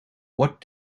what